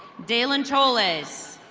daylon cholez.